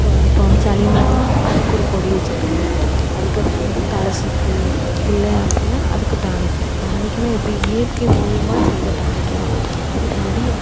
இதோ இப்போது சளி மருந்துன்னா அதுக்கு ஒரு பொடி வச்சிருக்காங்க அதுக்குப்பிறகு வந்து தலை சுற்று இல்லை அப்படின்னா அதுக்கு டானிக்கை டானிக்குன்னா எப்படி இயற்கை மூலயமா செய்த டானிக்கேதான் மத்தபடி